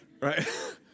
right